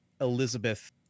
elizabeth